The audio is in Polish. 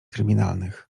kryminalnych